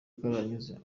karahanyuze